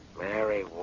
Mary